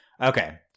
Okay